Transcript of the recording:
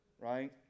right